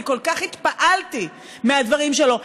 אני כל כך התפעלתי מהדברים שלו.